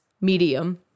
medium